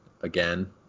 again